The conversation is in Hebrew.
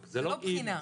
זה לא בחינה.